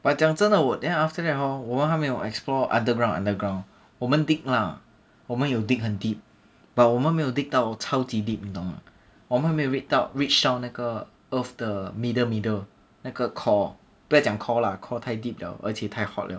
but 讲真的我 then after that hor 我们还没有 explore underground underground 我们 dig lah 我们有 dig 很 deep but 我们没有 dig 到超级 deep 你懂吗我们没有 raid 到 reach 到那个 earth the middle middle 那个 core 不要讲 core lah 太 deep liao 而且太 hot liao